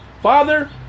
Father